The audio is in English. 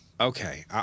Okay